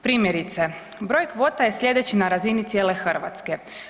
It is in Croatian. Primjerice, broj kvota je slijedeći na razini cijele Hrvatske.